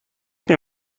mir